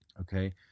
okay